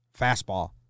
fastball